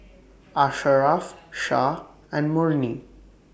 Asharaff Shah and Murni